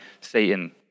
Satan